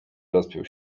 rozpiął